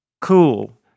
cool